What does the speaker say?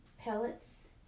pellets